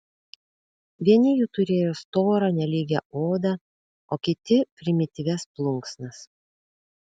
vieni jų turėjo storą nelygią odą o kiti primityvias plunksnas